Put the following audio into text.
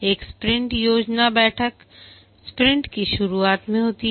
एक स्प्रिंट योजना बैठक स्प्रिंट की शुरुआत में होती है